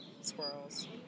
Squirrels